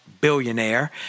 billionaire